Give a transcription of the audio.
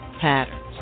patterns